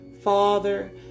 Father